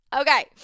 Okay